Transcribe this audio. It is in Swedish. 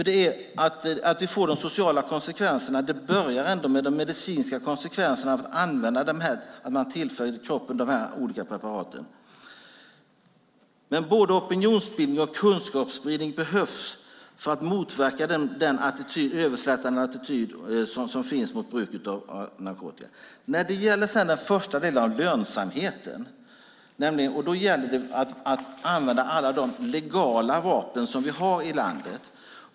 Detta får de sociala konsekvenserna, men det börjar ändå med de medicinska konsekvenserna av att man tillför kroppen de här olika preparaten. Både opinionsbildning och kunskapsspridning behövs för att motverka den överslätande attityd som finns i fråga om bruk av narkotika. När det gäller den första delen, lönsamheten, gäller det att använda alla de legala vapen som vi har i landet.